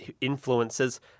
influences